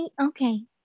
Okay